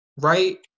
right